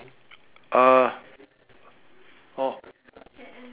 uh orh